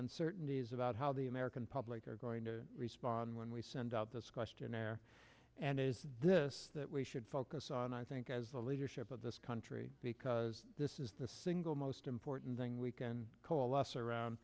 uncertainties about how the american public are going to respond when we send out this questionnaire and it is this that we should focus on i think as the leadership of this country because this is the single most important thing we can coalesce around